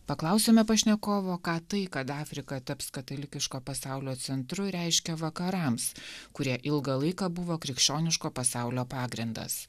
paklausėme pašnekovo o ką tai kad afrika taps katalikiško pasaulio centru reiškia vakarams kurie ilgą laiką buvo krikščioniško pasaulio pagrindas